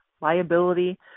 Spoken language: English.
liability